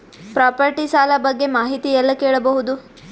Property ಸಾಲ ಬಗ್ಗೆ ಮಾಹಿತಿ ಎಲ್ಲ ಕೇಳಬಹುದು?